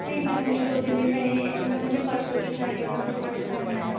نہیں میم مجھے دو تین دِن میں نہیں اصل میں مجھے پرسوں ہی چاہیے تھا مجھے پرسوں پہننا ہے